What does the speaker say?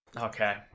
Okay